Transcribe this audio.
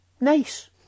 Nice